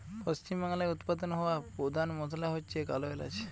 পশ্চিমবাংলায় উৎপাদন হওয়া পোধান মশলা হচ্ছে কালো এলাচ